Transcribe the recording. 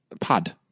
pod